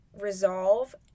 resolve